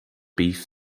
beef